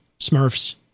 Smurfs